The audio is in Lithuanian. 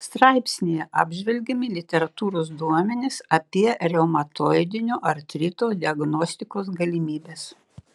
straipsnyje apžvelgiami literatūros duomenys apie reumatoidinio artrito diagnostikos galimybes